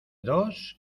dos